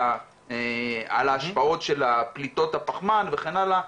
על ההשפעות של פליטות הפחמן וכן הלאה.